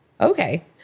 okay